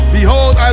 Behold